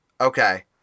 Okay